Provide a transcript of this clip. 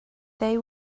they